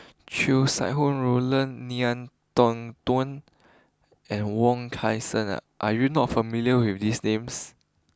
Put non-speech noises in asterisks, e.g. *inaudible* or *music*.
Chow Sau *unintelligible* Roland Ngiam Tong Dow and Wong Kan Seng are you not familiar with these names